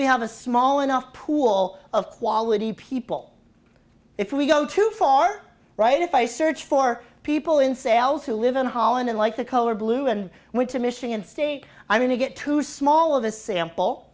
we have a small enough pool of quality people if we go too far right if i search for people in sales who live in holland and like the color blue and went to michigan state i'm going to get too small of a sample